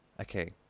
Okay